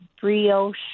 brioche